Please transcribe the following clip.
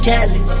Kelly